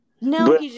no